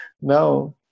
Now